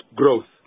growth